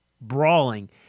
brawling